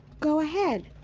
go ahead.